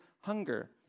hunger